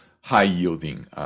high-yielding